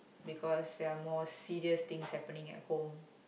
because there are more serious things happening at home